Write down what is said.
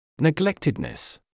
Neglectedness